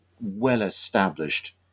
well-established